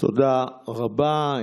תודה רבה.